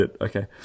okay